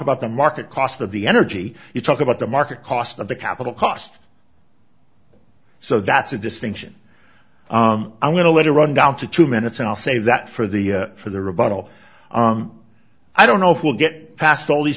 about the market cost of the energy you talk about the market cost of the capital cost so that's a distinction i'm going to let it run down to two minutes and i'll say that for the for the rebuttal i don't know if we'll get past all these